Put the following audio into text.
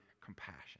compassion